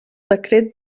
decret